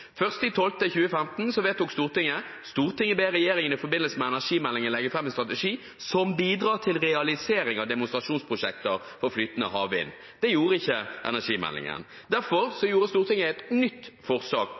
vedtok Stortinget: «Stortinget ber regjeringen i forbindelse med energimeldingen legge frem en strategi som bidrar til realisering av demonstrasjonsprosjekter for flytende havvind Det gjorde ikke energimeldingen. Derfor